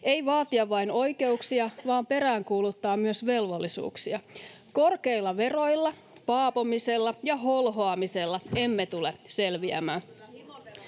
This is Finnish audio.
ei vaatia vain oikeuksia, vaan peräänkuuluttaa myös velvollisuuksia. Korkeilla veroilla, paapomisella ja holhoamisella emme tule selviämään.